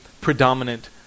predominant